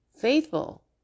faithful